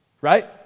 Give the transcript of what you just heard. Right